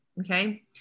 okay